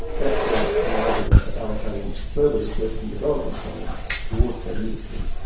that creates an argument for allocating further research and development funding towards that industry.